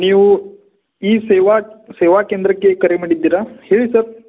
ನೀವು ಈ ಸೇವಾ ಸೇವಾ ಕೇಂದ್ರಕ್ಕೆ ಕರೆ ಮಾಡಿದ್ದೀರಾ ಹೇಳಿ ಸರ್